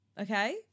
Okay